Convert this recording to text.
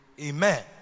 Amen